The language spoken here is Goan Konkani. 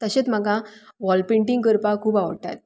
तशेंच म्हाका वॉल पेंटींग करपाक खूब आवडटा